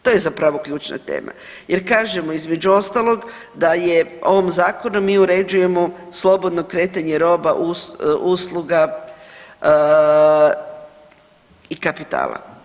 To je zapravo ključna tema jer kažemo između ostalog da je ovim zakonom mi uređujemo slobodno kretanje roba, usluga i kapitala.